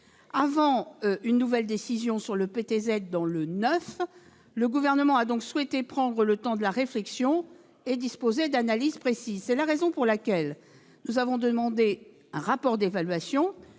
prendre une nouvelle décision sur le PTZ dans le neuf, le Gouvernement a donc souhaité s'accorder le temps de la réflexion et disposer d'analyses précises. C'est la raison pour laquelle nous avons demandé un rapport d'évaluation